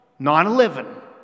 9-11